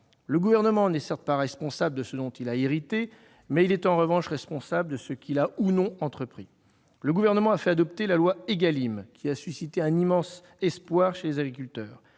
Le Gouvernement n'est certes pas responsable de ce dont il a hérité, mais il l'est, en revanche, de ce qu'il a ou non entrepris. Il a fait adopter la loi Égalim, qui a suscité un immense espoir chez les agriculteurs.